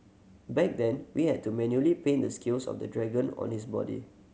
back then we had to manually paint the scales of the dragon on its body